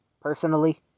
personally